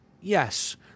Yes